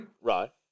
Right